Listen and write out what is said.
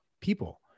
people